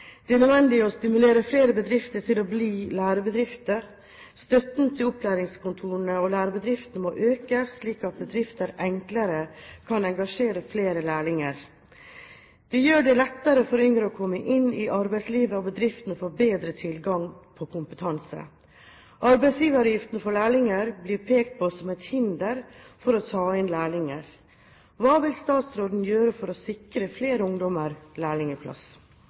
Det er nødvendig å stimulere flere bedrifter til å bli lærebedrifter. Støtten til opplæringskontorene og lærebedriftene må økes, slik at bedrifter enklere kan engasjere flere lærlinger. Det gjør det lettere for yngre å komme inn i arbeidslivet, og bedriftene får bedre tilgang på kompetanse. Arbeidsgiveravgiften for lærlinger blir pekt på som et hinder for å ta inn lærlinger. Hva vil statsråden gjør for å sikre flere ungdommer